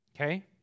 Okay